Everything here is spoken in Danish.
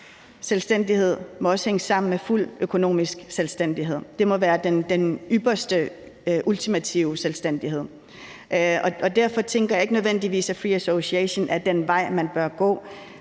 selvstændighed også må hænge sammen med fuld økonomisk selvstændighed; det må være den ypperste, ultimative selvstændighed. Og derfor tænker jeg ikke nødvendigvis, at free association er den vej, man bør gå.